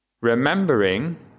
remembering